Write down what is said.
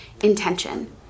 intention